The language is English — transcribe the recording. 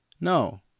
No